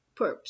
perps